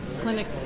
clinic